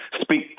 speak